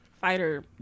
fighter